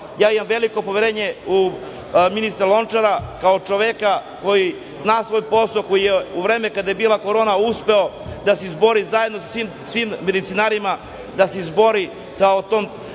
ja imam veliko poverenje u ministra Lončara, kao čoveka koji zna svoj posao, koji je u vreme kada je bila korona uspeo da se izbori zajedno sa svim medicinarima, da se izbori sa tom